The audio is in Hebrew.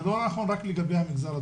זה לא נכון רק לגבי המגזר הדרוזי,